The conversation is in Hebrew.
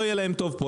לא יהיה להם טוב כאן,